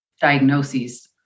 diagnoses